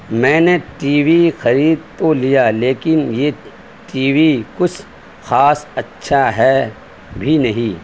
میں نے TV خرید تو لیا لیکن یہ ٹی وی کچھ خاص اچھا ہے بھی نہیں